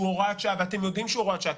הוראת שעה ואתם יודעים שהוא הוראת שעה,